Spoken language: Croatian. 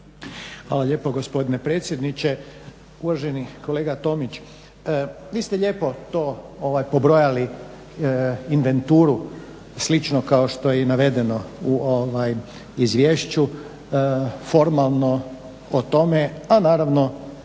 Hvala lijepo gospodine predsjedniče. Uvaženi kolega Tomić, vi ste lijepo to ovaj pobrojali inventuru slično kao što je i navedeno u ovaj izvješću formalno o tome a naravno